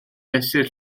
fesur